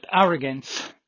arrogance